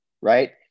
right